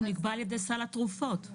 נקבע על-ידי סל התרופות.